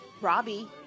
Robbie